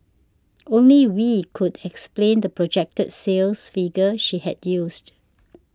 only Wee could explain the projected sales figure she had used